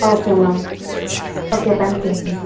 okay ma'am okay thank you